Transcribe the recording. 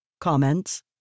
comments